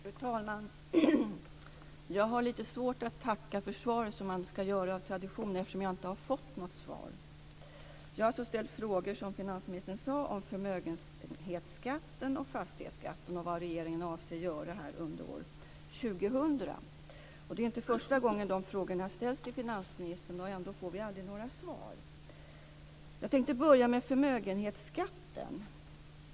Fru talman! Jag har lite svårt att tacka för svaret, som man ska göra av tradition, eftersom jag inte har fått något svar. Som finansministern sade har jag ställt frågor om förmögenhetsskatten och fastighetsskatten och om vad regeringen avser göra under år 2000. Det är inte första gången de här frågorna ställs till finansministern, och ändå får vi aldrig några svar. Jag tänkte börja med förmögenhetsskatten.